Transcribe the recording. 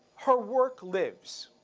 her work lives.